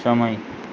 સમય